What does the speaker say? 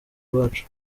iwacu